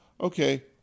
Okay